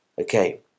Okay